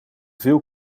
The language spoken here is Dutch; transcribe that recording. veel